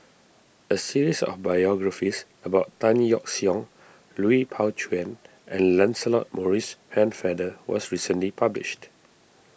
a series of biographies about Tan Yeok Seong Lui Pao Chuen and Lancelot Maurice Pennefather was recently published